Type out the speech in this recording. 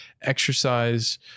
exercise